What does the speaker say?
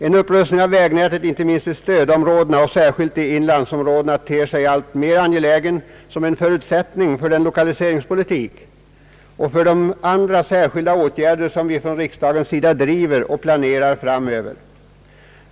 En upprustning av vägnätet inte minst i stödområdena och särskilt i inlandsområdena ter sig alltmer angelägen såsom en förutsättning för den lokaliseringspolitik och för de andra särskilda åtgärder som riksdagen driver och planerar framöver.